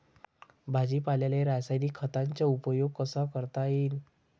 भाजीपाल्याले रासायनिक खतांचा उपयोग कसा करता येईन?